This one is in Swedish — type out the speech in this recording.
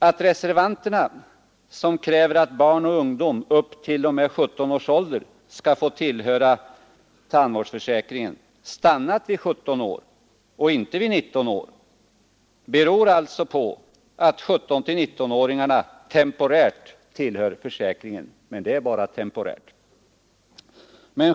Att reservanterna, som kräver att barn och ungdom upp t.o.m. 17 års ålder skall få tillhöra tandvårdsförsäkringen, stannat vid 17 år och inte vid 19 år beror alltså på att 17—19-åringarna temporärt tillhör försäkringen — men bara temporärt.